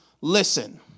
listen